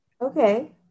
Okay